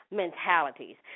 mentalities